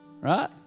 right